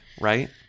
right